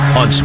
on